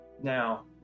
Now